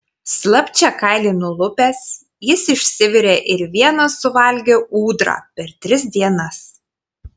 slapčia kailį nulupęs jis išsivirė ir vienas suvalgė ūdrą per tris dienas